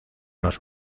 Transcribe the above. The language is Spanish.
los